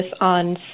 on